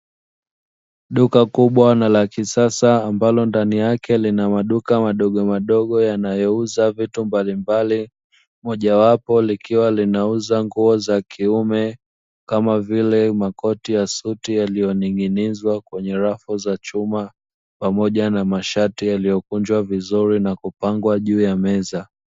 Duka kubwa na la kisasa, ambalo ndani yake lina maduka madogomadogo yanayouza viti mbalimbali, mojawapo likiwa linauza nguo za kiume, kama vile; makoti ya suti yaliyoning'inizwa kwenye rafu za chuma pamoja na mashati yaliyokunjwa vizuri na kupangwa juu ya meza.